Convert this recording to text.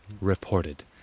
Reported